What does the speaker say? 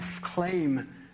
claim